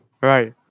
Right